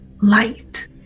light